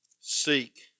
seek